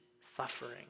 suffering